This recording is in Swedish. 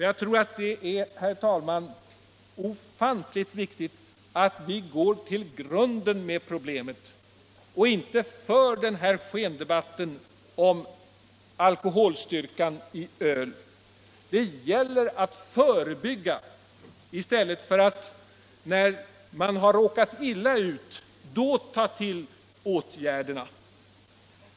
Jag tror det är ofantligt viktigt att vi går till grunden med problemet och inte för den här skendebatten om alkoholstyrkan i öl. Det gäller att förebygga i stället för att ta till åtgärderna först när man har råkat illa ut.